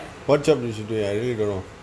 what job is she doing I really don't know